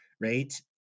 right